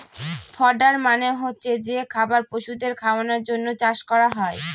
fodder মানে হচ্ছে যে খাবার পশুদের খাওয়ানোর জন্য চাষ করা হয়